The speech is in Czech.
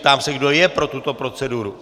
Ptám se, kdo je pro tuto proceduru.